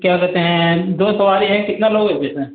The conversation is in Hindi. क्या कहते हैं दो सवारी है कितना लोगे पैसा